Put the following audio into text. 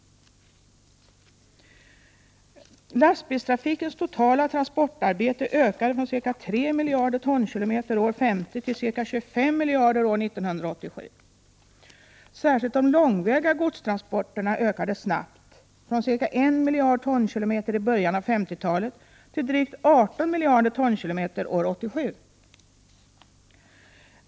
Lastbilstrafikens totala transportarbete har ökat från ca 3 miljarder tonkilometer 1950 till ca 25 miljarder 1987. De långväga godstransporterna har ökat snabbt, från cirka en miljard tonkilometer i början av 1950-talet till drygt 18 miljarder tonkilometer 1987.